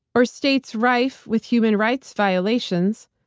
or states rife with human rights violations,